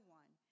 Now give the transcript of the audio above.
one